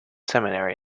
seminary